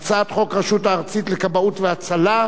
יציג את החוק יושב-ראש ועדת הפנים.